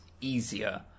easier